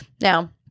Now